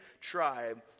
tribe